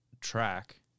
Track